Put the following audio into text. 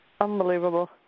Unbelievable